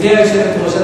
גברתי היושבת-ראש,